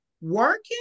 working